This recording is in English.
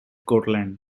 cortland